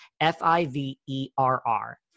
F-I-V-E-R-R